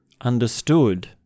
understood